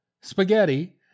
spaghetti